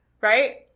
right